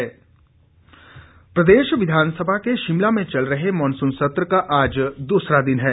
monsoon सत्र प्रदेश विधानसभा के शिमला में चल रहे मॉनसून सत्र का आज दूसरा दिन है